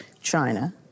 China